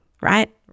right